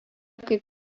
kaip